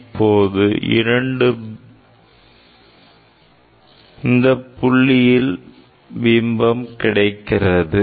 இப்போது எனக்கு இந்தப் புள்ளியில் பிம்பம் கிடைக்கிறது